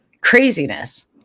craziness